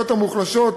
המוחלשות,